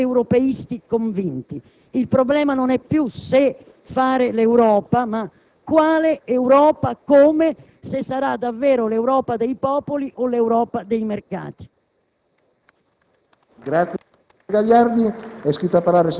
anche noi di Rifondazione Comunista siamo europeisti convinti. Il problema non è più se fare l'Europa, ma quale Europa e come: se sarà davvero l'Europa dei popoli o l'Europa dei mercati.